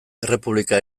errepublika